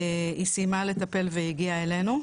היא סיימה לטפל והגיעה אלינו,